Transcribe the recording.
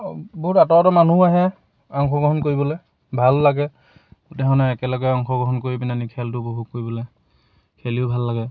বহুত আঁতৰৰ পা মানুহ আহে অংশগ্ৰহণ কৰিবলৈ ভাল লাগে গোটেইখনে একেলগে অংশগ্ৰহণ কৰি পিনে আনি খেলটো উপভোগ কৰিবলৈ খেলিও ভাল লাগে